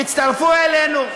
הצטרפו אלינו,